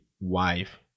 wife